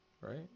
right